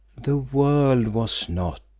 the world was not,